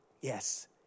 Yes